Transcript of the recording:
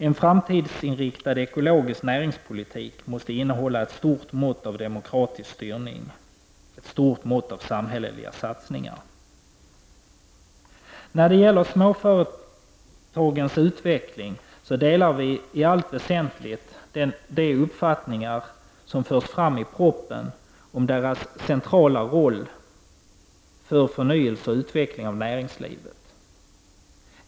En framtidsinriktad ekologisk näringspolitik måste innehålla ett stort mått av demokratisk styrning, ett stort mått av samhälleliga satsningar. När det gäller småföretagens utveckling delar vi i allt väsentligt de uppfattningar som förs fram i propositionen om de små företagens centrala roll för förnyelse och utveckling av näringslivet.